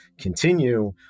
continue